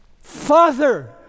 Father